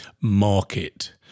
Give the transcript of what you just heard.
market